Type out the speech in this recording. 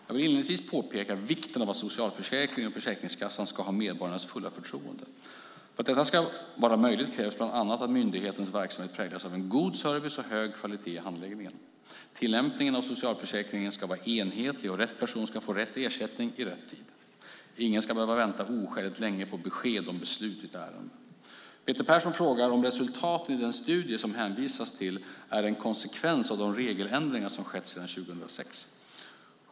Jag vill inledningsvis påpeka vikten av att socialförsäkringen och Försäkringskassan ska ha medborgarnas fulla förtroende. För att detta ska vara möjligt krävs bland annat att myndighetens verksamhet präglas av en god service och en hög kvalitet i handläggningen. Tillämpningen av socialförsäkringen ska vara enhetlig, och rätt person ska få rätt ersättning i rätt tid. Ingen ska behöva vänta oskäligt länge på besked om beslut i ett ärende. Peter Persson frågar om resultaten i den studie som hänvisas till är en konsekvens av de regeländringar som skett sedan 2006.